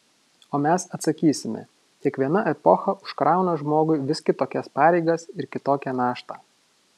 o mes atsakysime kiekviena epocha užkrauna žmogui vis kitokias pareigas ir kitokią naštą